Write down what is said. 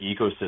ecosystem